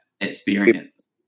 experience